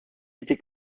été